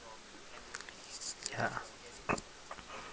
ya